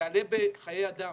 יעלה בחיי אדם.